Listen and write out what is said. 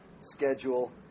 schedule